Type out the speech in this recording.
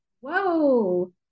whoa